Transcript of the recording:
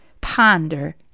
ponder